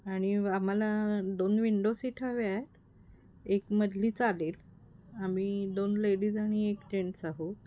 आणि आम्हाला दोन विंडो सीट हव्या आहेत एक मधली चालेल आम्ही दोन लेडीज आणि एक जेंट्स आहोत